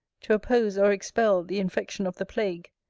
to oppose or expel the infection of the plague,